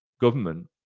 government